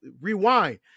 Rewind